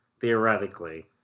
theoretically